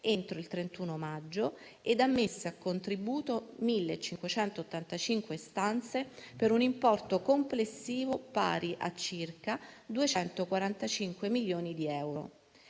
entro il 31 maggio e ammesse a contributo 1.585 istanze, per un importo complessivo pari a circa 245 milioni di euro.